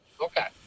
Okay